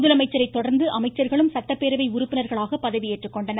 முதலமைச்சரை தொடர்ந்து அமைச்சர்களும் சட்டப்பேரவை உறுப்பினர்களாக பதவியேற்றுக்கொண்டனர்